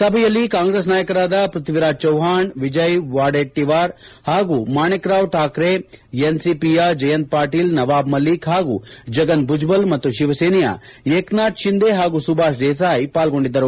ಸಭೆಯಲ್ಲಿ ಕಾಂಗ್ರೆಸ್ ನಾಯಕರಾದ ಪ್ಪಥ್ನಿರಾಜ್ ಚೌಹಾಣ್ ವಿಜಯ್ ವಾಡೆಟ್ಟಿವಾರ್ ಹಾಗೂ ಮಾಣಿಕ್ ರಾವ್ ಠಾಕ್ರೆ ಎನ್ಸಿಪಿಯ ಜಯಂತ್ ಪಾಟೀಲ್ ನವಾಬ್ ಮಲ್ಲಿಕ್ ಹಾಗೂ ಛಗನ್ ಬುಜ್ಬಲ್ ಮತ್ತು ಶಿವಸೇನೆಯ ಏಕನಾಥ್ ಶಿಂದೆ ಹಾಗೂ ಸುಭಾಷ್ ದೇಸಾಯ್ ಪಾಲ್ಲೊಂಡಿದ್ದರು